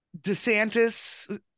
DeSantis